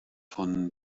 von